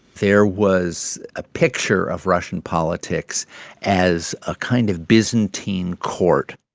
there was a picture of russian politics as a kind of byzantine court,